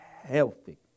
healthy